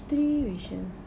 three wishes